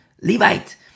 Levite